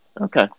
Okay